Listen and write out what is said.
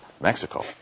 Mexico